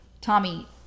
tommy